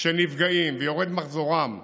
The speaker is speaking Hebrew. שנפגעים ויורד מחזורם,